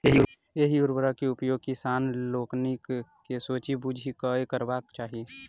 एहि उर्वरक के उपयोग किसान लोकनि के सोचि बुझि कअ करबाक चाही